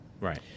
Right